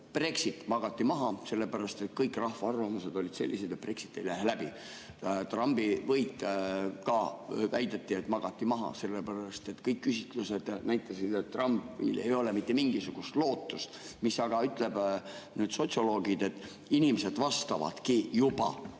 Brexit magati maha, sellepärast et kõik rahvaarvamused olid sellised, et Brexit ei lähe läbi. Trumpi võit ka väidetavalt magati maha, sellepärast et kõik küsitlused näitasid, et Trumpil ei ole mitte mingisugust lootust. Mida aga ütlevad sotsioloogid? Inimesed vastavadki juba